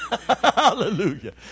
Hallelujah